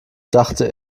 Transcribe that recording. dachte